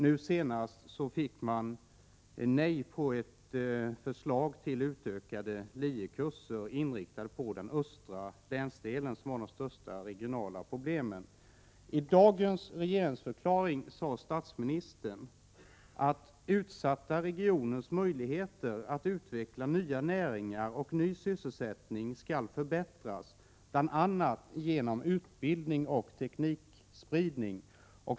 Nu senast fick man nej på ett förslag till utökade linjekurser, inriktade på den östra delen av Jönköpings län, som har de största regionala problemen. I dagens regeringsförklaring sade statsministern att utsatta regioners möjligheter att utveckla nya näringar och ny sysselsättning skall förbättras bl.a. genom utbildning och teknikspridning.